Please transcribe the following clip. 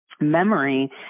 Memory